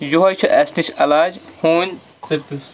یۄہَے چھُ اَسہِ نِش علاج ہوٗنۍ ژٔپِس